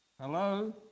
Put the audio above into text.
hello